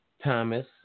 Thomas